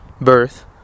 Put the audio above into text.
birth